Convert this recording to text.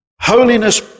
Holiness